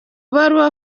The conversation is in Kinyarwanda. baruwa